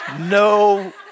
No